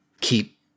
keep